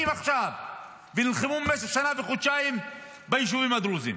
עכשיו ונלחמו במשך שנה וחודשיים ביישובים הדרוזיים,